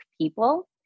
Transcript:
people